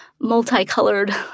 multicolored